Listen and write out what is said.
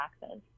taxes